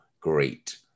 great